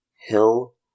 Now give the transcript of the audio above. Hill